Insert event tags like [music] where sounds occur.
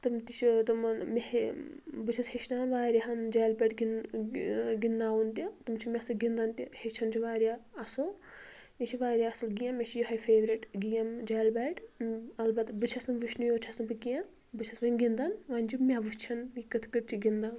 تِم تہِ چھِ تِمَن مےٚ [unintelligible] بہٕ چھیٚس ہیٚچھناوان واریاہن جالہِ بیٹ گِنٛد ٲں گِنٛدناوُن تہِ تِم چھِ مےٚ سۭتۍ گِنٛدان تہِ ہیٚچھان چھِ واریاہ اصٕل یہِ چھِ واریاہ اصٕل گیم مےٚ چھِ یہٲے فیورِٹ گیم جالہِ بیٹ البتہ بہٕ چھیٚس نہٕ وُچھنٕے یوت چھیٚس نہٕ بہٕ کیٚنٛہہ بہٕ چھیٚس وۄنۍ گِنٛدان وۄںۍ چھِ مےٚ وُچھان یہِ کِتھۍ کٲٹھۍ چھِ گِنٛدان